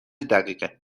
دقیقه